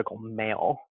male